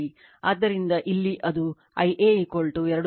ಆದ್ದರಿಂದ ಇಲ್ಲಿ ಅದು Ia 2